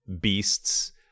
beasts